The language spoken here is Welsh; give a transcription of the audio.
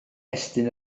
estyn